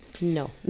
No